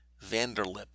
Vanderlip